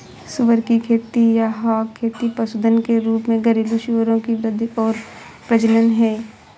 सुअर की खेती या हॉग खेती पशुधन के रूप में घरेलू सूअरों की वृद्धि और प्रजनन है